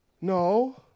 No